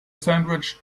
sandwich